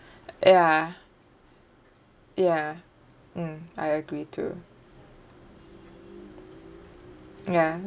ya ya mm I agree too mm ya